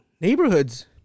neighborhoods